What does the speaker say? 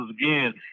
again